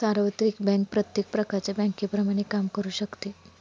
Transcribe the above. सार्वत्रिक बँक प्रत्येक प्रकारच्या बँकेप्रमाणे काम करू शकते